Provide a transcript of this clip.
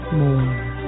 more